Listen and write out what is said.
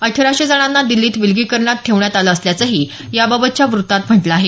अठराशे जणांना दिल्लीत विलगीकरणात ठेवण्यात आलं असल्याचंही याबाबतच्या वृत्तात म्हटलं आहे